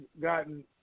gotten